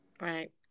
right